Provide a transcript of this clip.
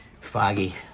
foggy